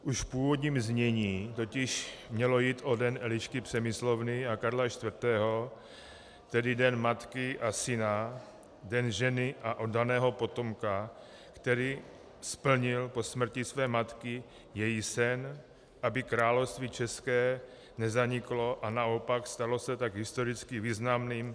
Už v původním znění totiž mělo jít o Den Elišky Přemyslovny a Karla IV., tedy den matky a syna, den ženy a oddaného potomka, který splnil po smrti své matky její sen, aby Království české nezaniklo, a naopak stalo se tak historicky významným.